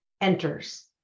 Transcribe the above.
Enters